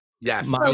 Yes